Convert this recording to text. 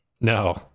No